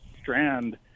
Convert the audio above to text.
strand